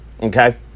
okay